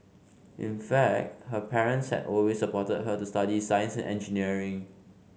in fact her parents had always supported her to study science and engineering